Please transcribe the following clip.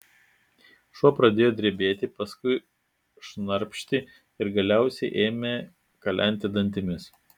šuo pradėjo drebėti paskui šnarpšti ir galiausiai ėmė kalenti dantimis